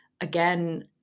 again